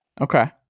Okay